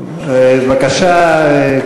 בבקשה,